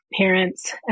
parents